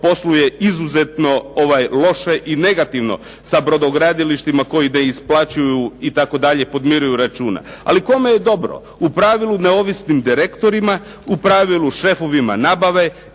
posluje izuzetno loše i negativno sa brodogradilištima koji da isplaćuju i podmiruju račune. Ali kome je dobro? U pravilu neovisnim direktorima, u pravilu šefovima nabave